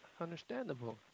understandable